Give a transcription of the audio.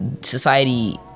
society